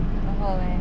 然后 leh